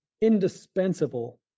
indispensable